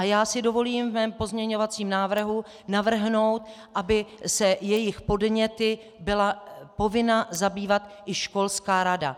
Já si dovolím ve svém pozměňovacím návrhu navrhnout, aby se jejich podněty byla povinna zabývat i školská rada.